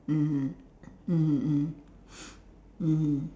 mm mmhmm mm mmhmm